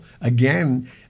again